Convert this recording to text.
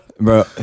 Bro